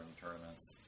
tournaments